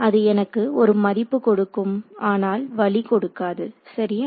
அது எனக்கு ஒரு மதிப்பு கொடுக்கும் ஆனால் வழி கொடுக்காது சரியா